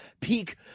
peak